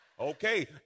Okay